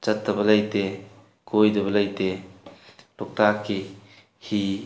ꯆꯠꯇꯕ ꯂꯩꯇꯦ ꯀꯣꯏꯗꯕ ꯂꯩꯇꯦ ꯂꯣꯛꯇꯥꯛꯀꯤ ꯍꯤ